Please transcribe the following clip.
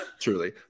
Truly